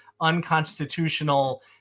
unconstitutional